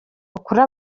ukuri